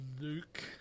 Luke